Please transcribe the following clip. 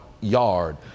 yard